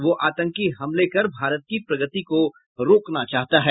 वह आतंकी हमले कर भारत की प्रगति को रोकना चाहता है